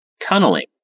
tunneling